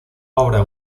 obra